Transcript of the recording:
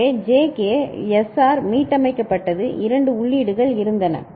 எனவே JK SR மீட்டமைக்கப்பட்டது இரண்டு உள்ளீடுகள் இருந்தன